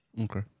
okay